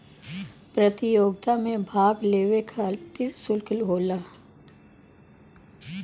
प्रतियोगिता मे भाग लेवे खतिर सुल्क होला